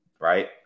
right